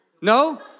No